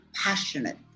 passionate